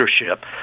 Leadership